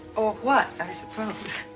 or what, i suppose.